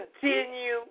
continue